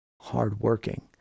hardworking